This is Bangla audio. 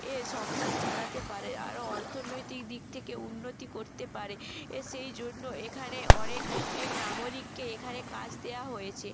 এ সংসার চালাতে পারে আরো অর্থনৈতিক দিক থেকে উন্নতি করতে পারে এ সেই জন্য এখানে অনেক এক নাগরিককে এখানে কাজ দেয়া হয়েছে